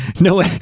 no